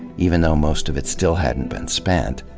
even though most of it still hadn't been spent.